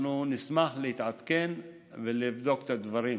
אנחנו נשמח להתעדכן ולבדוק את הדברים.